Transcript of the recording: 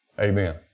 Amen